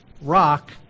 rock